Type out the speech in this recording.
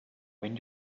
when